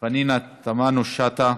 פנינה תמנו-שטה,